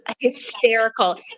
hysterical